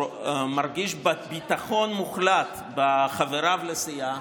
מרגיש ביטחון מוחלט בחבריו לסיעה,